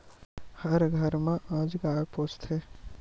हर घर म आज गाय पोसथे